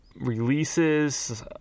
releases